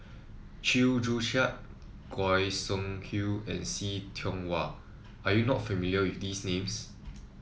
Chew Joo Chiat Goi Seng Hui and See Tiong Wah are you not familiar with these names